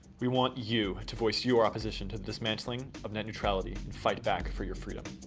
we want you, to voice your opposition to the dismantling of net neutrality and fight back for your freedom.